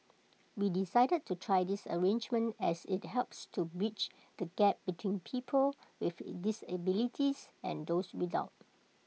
we decided to try this arrangement as IT helps to bridge the gap between people with disabilities and those without